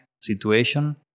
situation